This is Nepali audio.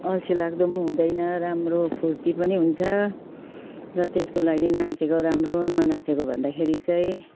अल्छी लाग्दो हुँदैन राम्रो फुर्ती पनि हुन्छ र त्यसको लागि नाचेको राम्रो ननाचेको भन्दाखेरि चाहिँ